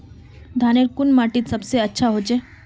धानेर कुन माटित सबसे अच्छा होचे?